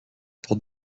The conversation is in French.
pour